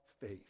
face